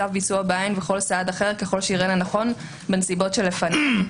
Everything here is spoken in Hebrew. צו- -- וכל צו אחר ככל שיראה לנכון בנסיבות שלפניו.